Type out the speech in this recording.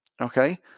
Okay